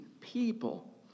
people